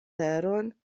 teron